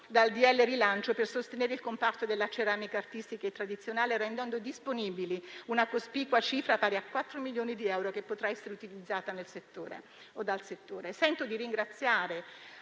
rilancio per sostenere il comparto della ceramica artistica e tradizionale, rendendo disponibile una cospicua cifra, pari a 4 milioni di euro, che potrà essere utilizzata dal settore. Mi sento di ringraziare,